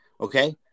okay